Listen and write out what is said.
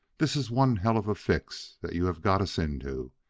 this is one hell of a fix that you have got us into.